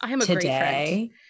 today